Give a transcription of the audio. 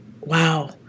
wow